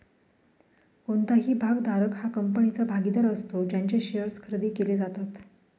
कोणताही भागधारक हा कंपनीचा भागीदार असतो ज्यांचे शेअर्स खरेदी केले जातात